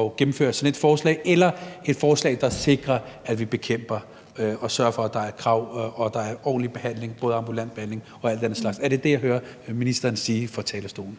at gennemføre sådan et forslag eller et forslag, der sikrer, at vi sørger for, at der er ordentlig behandling, både ambulant behandling og alt sådan noget? Er det dét, jeg hører ministeren sige fra talerstolen?